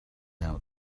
out